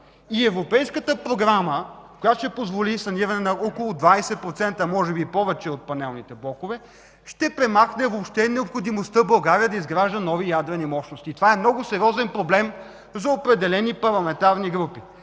и европейската програма, която ще позволи саниране на около 20%, а може би и повече, от панелните блокове, ще премахне въобще необходимостта България да изгражда нови ядрени мощности. Това е много сериозен проблем за определени парламентарни групи,